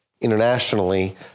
internationally